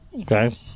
Okay